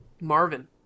Marvin